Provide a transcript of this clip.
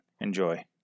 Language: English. Enjoy